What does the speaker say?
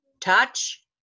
touch